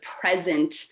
present